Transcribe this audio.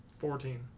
Fourteen